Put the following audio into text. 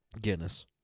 Guinness